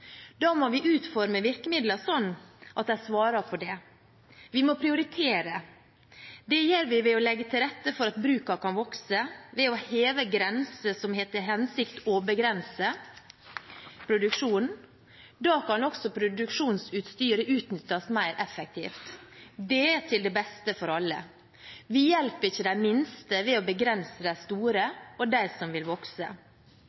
Da må vi utforme virkemidlene sånn at de svarer på det. Vi må prioritere. Det gjør vi ved å legge til rette for at brukene kan vokse, ved å heve grenser som har til hensikt å begrense produksjon. Da kan også produksjonsutstyret utnyttes mer effektivt. Det er til det beste for alle. Vi hjelper ikke de minste ved å begrense de